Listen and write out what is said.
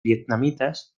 vietnamitas